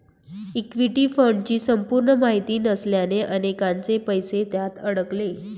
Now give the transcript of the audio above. equity फंडची संपूर्ण माहिती नसल्याने अनेकांचे पैसे त्यात अडकले